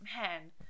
man